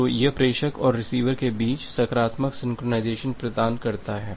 तो यह प्रेषक और रिसीवर के बीच सकारात्मक सिंक्रनाइज़ेशन प्रदान करता है